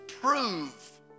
prove